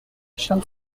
shall